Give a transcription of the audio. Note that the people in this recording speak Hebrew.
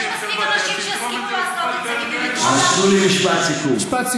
יש מספיק אנשים שיסכימו לעשות את זה, משפט סיכום.